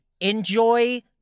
Enjoy